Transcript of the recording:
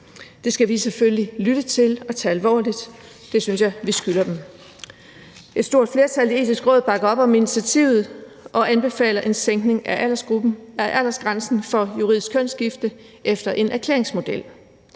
Det skal vi selvfølgelig lytte til og tage alvorligt – det synes jeg vi skylder dem. Et stort flertal i Det Etiske Råd bakker op om initiativet og anbefaler en sænkning af aldersgrænsen for juridisk kønsskifte efter en erklæringsmodel.